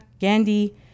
Gandhi